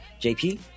JP